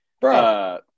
bro